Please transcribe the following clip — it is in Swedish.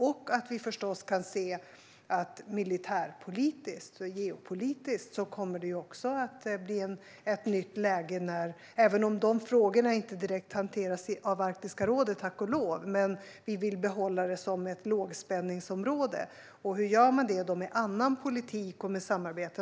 Vi kan förstås också se att det militär och geopolitiskt kommer att bli ett nytt läge även om de frågorna inte direkt hanteras av Arktiska rådet, tack och lov. Men vi vill behålla detta som ett lågspänningsområde, och hur gör man det med annan politik och samarbete?